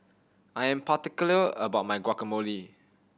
I am particular about my Guacamole